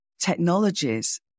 technologies